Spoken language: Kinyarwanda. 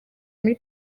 muri